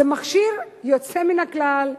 זה מכשיר יוצא מן הכלל,